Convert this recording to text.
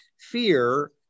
fear